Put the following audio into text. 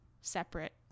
separate